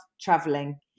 traveling